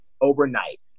overnight